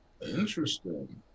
Interesting